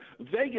Vegas